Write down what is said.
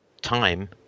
time